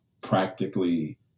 practically